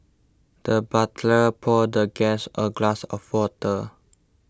the butler poured the guest a glass of water